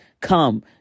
Come